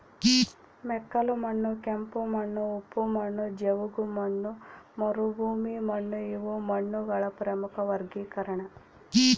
ಮೆಕ್ಕಲುಮಣ್ಣು ಕೆಂಪುಮಣ್ಣು ಉಪ್ಪು ಮಣ್ಣು ಜವುಗುಮಣ್ಣು ಮರುಭೂಮಿಮಣ್ಣುಇವು ಮಣ್ಣುಗಳ ಪ್ರಮುಖ ವರ್ಗೀಕರಣ